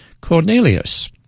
Cornelius